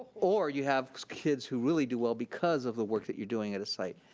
or, you have kids who really do well because of the work that you're doing at a site.